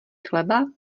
chleba